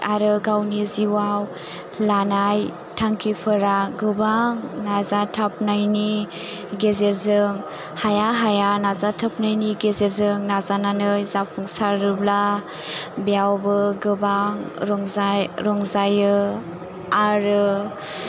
आरो गावनि जिवाव लानाय थांखिफोरा गोबां नाजाथाबनायनि गेजेरजों हाया हाया नाजाथाबनायनि गेजेरजों नाजानानै जाफुंसारोब्ला बेयावबो गोबां रंजा रंजायो आरो